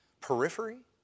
periphery